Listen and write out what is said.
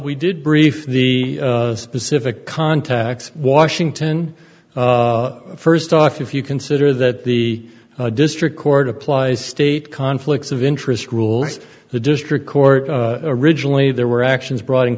we did brief the specific contacts washington first off if you consider that the district court applies state conflicts of interest rule the district court originally there were actions brought in